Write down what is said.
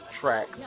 track